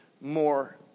more